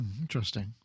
Interesting